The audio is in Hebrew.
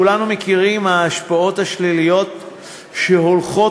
כולנו מכירים את ההשפעות השליליות שהולכות